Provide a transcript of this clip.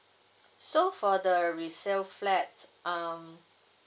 so for the resale flat um